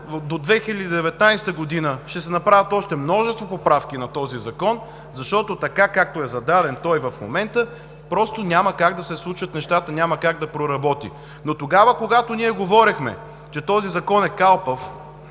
до 2019 г. ще се направят още множество поправки на този закон, защото, както той е зададен в момента, просто няма как да се случат нещата, няма как да проработи. Но когато ние говорехме, че този закон е калпав,